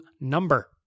number